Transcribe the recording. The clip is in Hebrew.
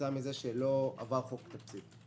כתוצאה מכך שלא עבר חוק התקציב.